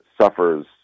suffers